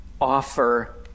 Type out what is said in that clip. offer